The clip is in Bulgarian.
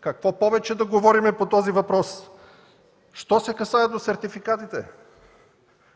Какво повече да говорим по този въпрос? Що се касае до сертификатите,